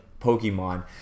pokemon